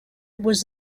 was